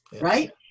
right